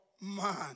man